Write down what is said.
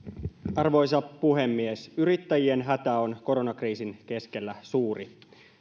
arvoisa puhemies yrittäjien hätä on koronakriisin keskellä suuri